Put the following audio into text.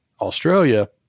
Australia